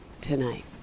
tonight